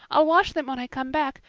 i'll wash them when i come back,